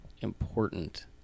important